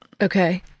Okay